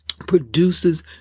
produces